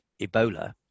Ebola